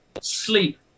Sleep